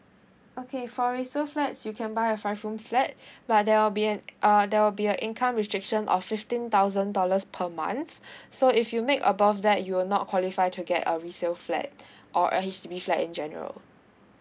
okay for resale flats you can buy a five room flat but there will be an uh there will be a income restriction of fifteen thousand dollars per month so if you make above that you will not qualify to get a resale flat or a H_D_B flat in general